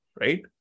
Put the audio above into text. right